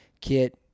kit